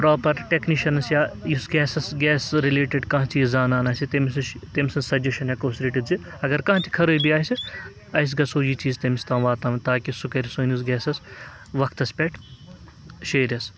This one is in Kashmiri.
پرٛاپَر ٹٮ۪کنِشَنَس یا یُس گیسَس گیسہٕ رِلیٹِڈ کانٛہہ چیٖز زانان آسہِ تٔمِس نِش تٔمۍ سٕنٛز سَجَشَن ہٮ۪کو أسۍ رٔٹِتھ زِ اگر کانٛہہ تہِ خرٲبی آسہِ اَسہِ گَژھو یہِ چیٖز تٔمِس تام واتاوُن تاکہِ سُہ کَرِ سٲنِس گیسَس وقتَس پٮ۪ٹھ شیرٮ۪س